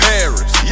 Paris